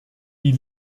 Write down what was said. die